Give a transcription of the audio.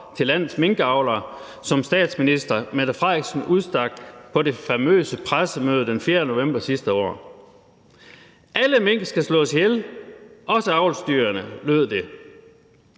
til landets minkavlere, som statsministeren udstak på det famøse pressemøde den 4. november sidste år. Alle mink skal slås ihjel, også avlsdyrene, lød det.